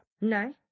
No